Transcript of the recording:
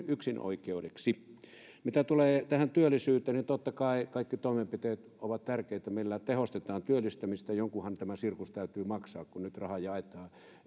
yksinoikeudeksi mitä tulee tähän työllisyyteen niin totta kai kaikki sellaiset toimenpiteet ovat tärkeitä joilla tehostetaan työllistämistä jonkunhan tämä sirkus täytyy maksaa kun nyt rahaa jaetaan